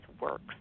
works